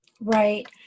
Right